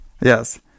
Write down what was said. Yes